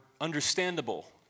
understandable